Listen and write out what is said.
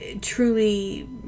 truly